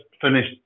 finished